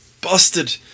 Busted